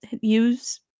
Use